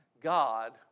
God